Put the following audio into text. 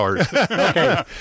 Okay